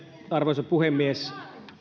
arvoisa puhemies